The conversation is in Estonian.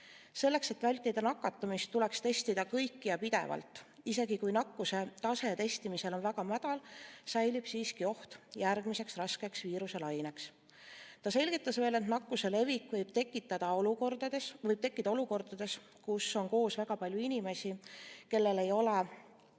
Selleks, et vältida nakatumist, tuleks testida kõiki ja pidevalt, isegi kui nakkuse tase testimisel on väga madal, säilib siiski oht järgmiseks raskeks viiruselaineks. Ta selgitas veel, et nakkus võib levida olukordades, kus on koos väga palju inimesi, kellel ei ole